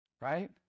Right